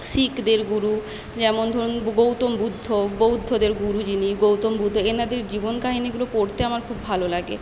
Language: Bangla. শিখদের গুরু যেমন ধরুন গৌতম বুদ্ধ বৌদ্ধদের গুরু যিনি গৌতম বুদ্ধ এঁনাদের জীবন কাহিনিগুলো পড়তে আমার খুব ভালো লাগে